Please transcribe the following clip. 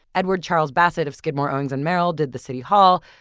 edward charles bassett of skidmore, owings and merrill did the city hall.